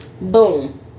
Boom